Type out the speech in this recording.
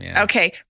Okay